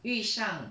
遇上